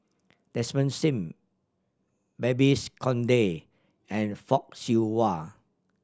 Desmond Sim Babes Conde and Fock Siew Wah